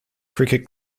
cricket